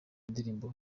indirimbo